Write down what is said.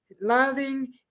loving